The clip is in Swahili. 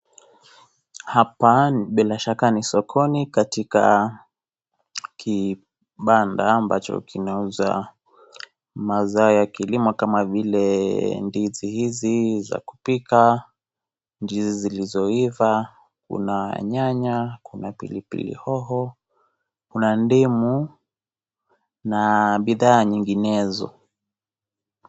Hapa bila shaka ni sokoni katika , kibanda ambacho kinauza mazao ya kilimo kama vile ndizi hizi za kupika , ndizi zilizoiza, kuna nyanya, kuna pilipili hoho , kuna ndimu na bidhaa nyinginezo.